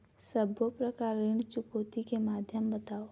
सब्बो प्रकार ऋण चुकौती के माध्यम बताव?